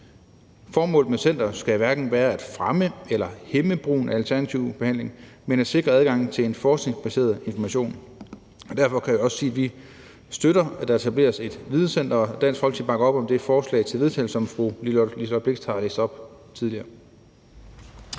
Formålet med centeret skal hverken være at fremme eller hæmme brugen af alternativ behandling, men at sikre adgang til en forskningsbaseret information. Derfor kan jeg også sige, at vi støtter, at der etableres et videncenter, og at Dansk Folkeparti bakker op om det forslag til vedtagelse, som fru Liselott Blixt har læst op tidligere.